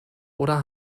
oder